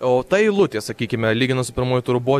o ta eilutė sakykime lyginant su pirmuoju turu buvo